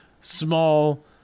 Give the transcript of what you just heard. small